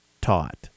taught